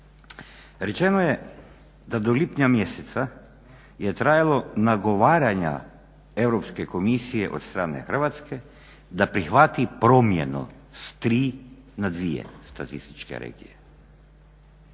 Rečeno je da do lipnja mjeseca je trajalo nagovaranja Europske komisije od strane Hrvatske da prihvati promjenu s tri na dvije statističke regije.